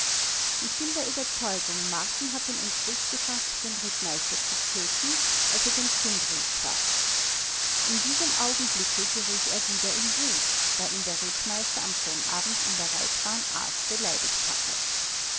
ich bin der überzeugung marten hat den entschluß gefaßt den rittmeister zu töten als er den stumbries traf in diesem augenblicke geriet er wieder in wut da ihn der rittmeister am sonnabend in der reitbahn arg beleidigt hatte